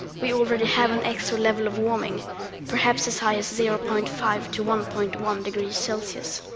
we already have an extra level of warming perhaps as high as zero point five to one point one degrees celsius.